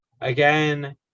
again